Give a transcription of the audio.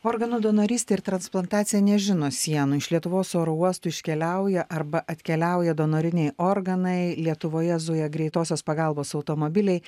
organų donorystė ir transplantacija nežino sienų iš lietuvos oro uostų iškeliauja arba atkeliauja donoriniai organai lietuvoje zuja greitosios pagalbos automobiliai